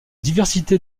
diversité